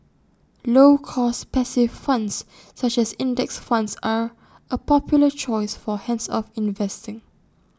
low cost passive funds such as index funds are A popular choice for hands off investing